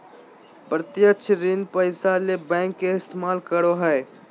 प्रत्यक्ष ऋण पैसा ले बैंक के इस्तमाल करो हइ